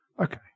Okay